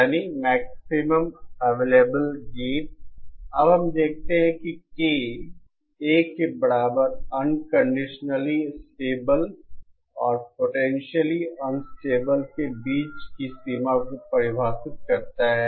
यानी maximum available gain अब हम देखते हैं कि K 1 के बराबर अनकंडीशनली स्टेबल और पोटेंशियली अनस्टेबल के बीच की सीमा को परिभाषित करता है